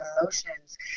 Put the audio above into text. emotions